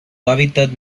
hábitat